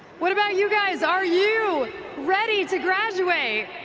what about you guys are you ready to graduate?